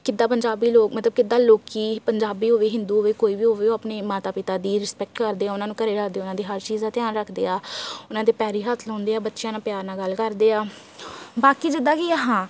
ਕਿੱਦਾਂ ਪੰਜਾਬੀ ਲੋਕ ਮਤਲਬ ਕਿੱਦਾਂ ਲੋਕ ਪੰਜਾਬੀ ਹੋਵੇ ਹਿੰਦੂ ਹੋਵੇ ਕੋਈ ਵੀ ਹੋਵੇ ਉਹ ਆਪਣੇ ਮਾਤਾ ਪਿਤਾ ਦੀ ਰਿਸਪੈਕਟ ਕਰਦੇ ਆ ਉਹਨਾਂ ਨੂੰ ਘਰ ਰੱਖਦੇ ਉਹਨਾਂ ਦੀ ਹਰ ਚੀਜ਼ ਦਾ ਧਿਆਨ ਰੱਖਦੇ ਆ ਉਹਨਾਂ ਦੇ ਪੈਰੀ ਹੱਥ ਲਗਾਉਂਦੇ ਆ ਬੱਚਿਆਂ ਨਾਲ ਪਿਆਰ ਨਾਲ ਗੱਲ ਕਰਦੇ ਆ ਬਾਕੀ ਜਿੱਦਾਂ ਕਿ ਹਾਂ